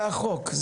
אבל זה החוק,